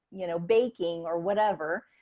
you know, baking or whatever,